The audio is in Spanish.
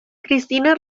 christina